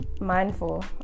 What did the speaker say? mindful